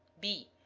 be,